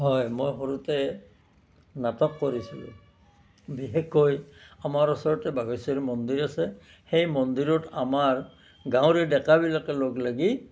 হয় মই সৰুতে নাটক কৰিছিলোঁ বিশেষকৈ আমাৰ ওচৰতে বাঘেশ্বৰী মন্দিৰ আছে সেই মন্দিৰত আমাৰ গাঁৱৰে ডেকাবিলাকে লগ লাগি